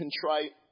Contrite